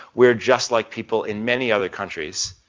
we're just like people in many other countries.